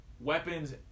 weapons